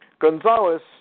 Gonzalez